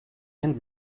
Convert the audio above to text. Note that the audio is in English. end